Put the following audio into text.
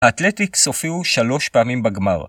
אטלטיק'ס הופיעו שלוש פעמים בגמר.